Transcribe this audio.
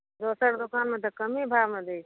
दोसर दोकानमे तऽ कमे भावमे दैत छै